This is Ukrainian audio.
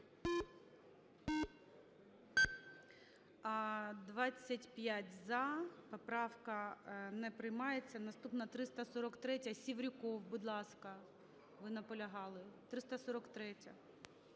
За-25 Поправка не приймається. Наступна - 343-я. Севрюков, будь ласка, ви наполягали, 343-я.